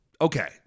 Okay